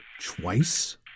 twice